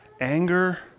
anger